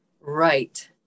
Right